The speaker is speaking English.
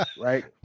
right